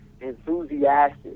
enthusiastic